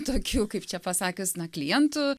tokių kaip čia pasakius na klientų